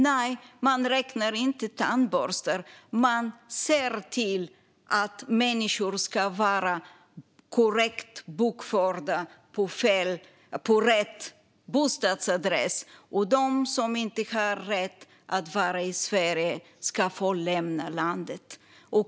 Nej, man räknar inte tandborstar, utan man ser till att människor ska vara korrekt bokförda på rätt bostadsadress. De som inte har rätt att vara i Sverige ska få lämna landet.